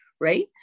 right